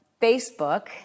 Facebook